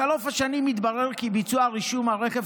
בחלוף השנים התברר כי ביצוע רישום הרכב